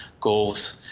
goals